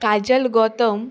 Kajal Gautam